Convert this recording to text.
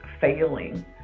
failing